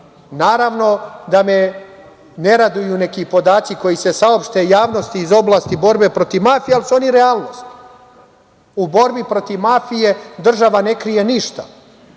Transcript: mafije. Naravno da me ne raduju neki podaci koji se saopšte javnosti iz oblasti borbe protiv mafije, ali su oni realnost. U borbi protiv mafije država ne krije ništa